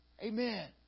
Amen